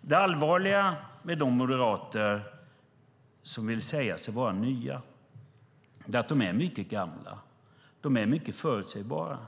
Det allvarliga med de moderater som säger sig vara nya är att de är mycket gamla. De är mycket förutsägbara.